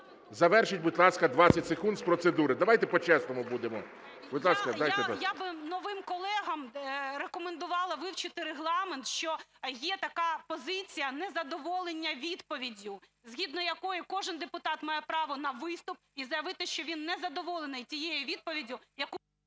Завершіть, будь ласка, 20 секунд з процедури, давайте по-чесному будемо. Будь ласка, дайте… ГЕРАЩЕНКО І.В. Я би новим колегам рекомендувала вивчити Регламент, що є така позиція – незадоволення відповіддю, згідно якою кожен депутат має право на виступ і заявити, що він не задоволений тією відповіддю, яку… ГОЛОВУЮЧИЙ.